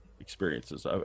experiences